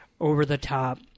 over-the-top